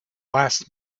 last